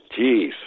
jeez